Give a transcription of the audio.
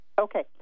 Okay